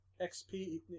XP